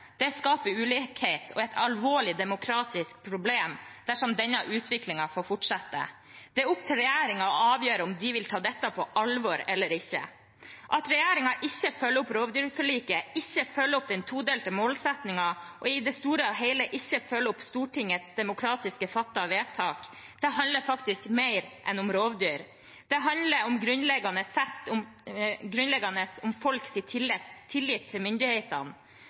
Det skaper ulikhet og er et alvorlig demokratisk problem dersom denne utviklingen får fortsette. Det er opp til regjeringen å avgjøre om de vil ta dette på alvor eller ikke. At regjeringen ikke følger opp rovdyrforliket, ikke følger opp den todelte målsettingen og i det store og hele ikke følger opp Stortingets demokratisk fattede vedtak, handler faktisk om mer enn rovdyr – det handler grunnleggende om